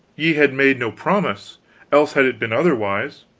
ye had made no promise else had it been otherwise.